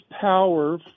power